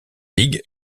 ligue